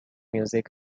music